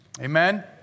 Amen